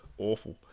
Awful